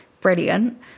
brilliant